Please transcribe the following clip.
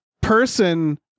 person